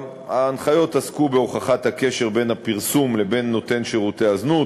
ההנחיות עסקו בהוכחת הקשר בין הפרסום לבין נותן שירותי הזנות,